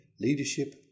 leadership